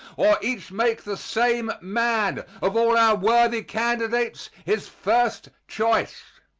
or each make the same man of all our worthy candidates his first choice.